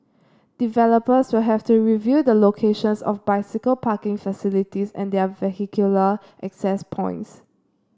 developers will have to review the locations of bicycle parking facilities and their vehicular access points